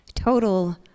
total